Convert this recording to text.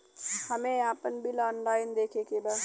हमे आपन bill online देखे के बा?